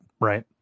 Right